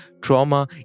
trauma